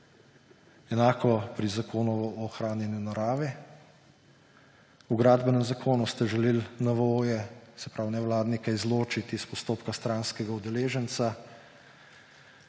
Enako pri Zakonu o ohranjanju narave. V Gradbenem zakonu ste želeli NVO-je, se pravi nevladnike, izločiti iz postopka stranskega udeleženca,